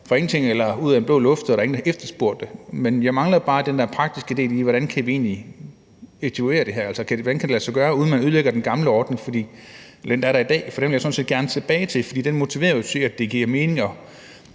fra ingenting eller ud af den blå luft, eller noget med, at der ikke er nogen, der har efterspurgt det. Men jeg mangler bare den der praktiske del om, hvordan vi kan effektuere det her. Hvordan kan lade sig gøre, uden at man ødelægger den gamle ordning, altså den ordning, der er der i dag? Den vil jeg sådan set gerne tilbage til, for den motiverer jo til, at det giver mening